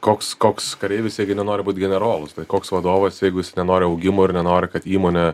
koks koks kareivis jeigu nenori būti generolu koks vadovas jeigu jis nenori augimo ir nenori kad įmonė